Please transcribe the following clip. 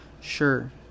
Sure